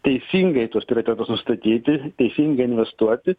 teisingai tas strategijas sustatyti teisingai investuoti